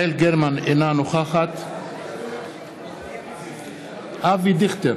אינה נוכחת אבי דיכטר,